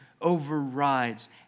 overrides